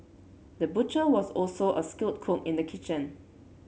the butcher was also a skilled cook in the kitchen